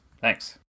Thanks